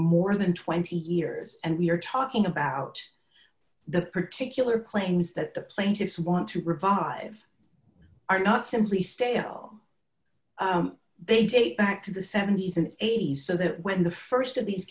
more than twenty years and we're talking about the particular claims that the plaintiffs want to revive are not simply stay home they date back to the seventy's and eighty's so that when the st of these